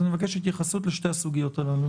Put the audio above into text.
אני מבקש התייחסות לשתי הסוגיות הללו.